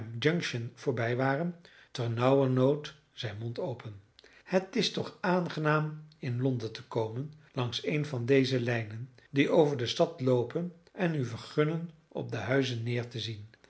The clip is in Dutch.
voorbij waren ternauwernood zijn mond open het is toch aangenaam in londen te komen langs een van deze lijnen die over de stad loopen en u vergunnen op de huizen neer te zien